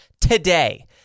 today